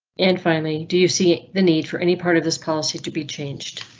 and finally, do you see the need for any part of this policy to be changed?